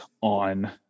on